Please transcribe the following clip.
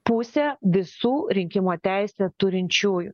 pusė visų rinkimo teisę turinčiųjų